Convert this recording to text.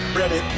ready